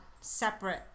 separate